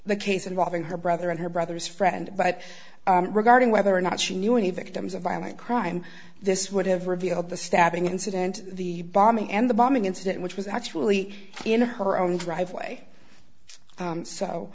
the case involving her brother and her brother's friend but regarding whether or not she knew any victims of violent crime this would have revealed the stabbing incident the bombing and the bombing incident which was actually in her own driveway